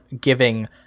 giving